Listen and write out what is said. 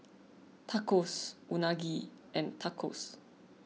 Tacos Unagi and Tacos